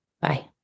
Bye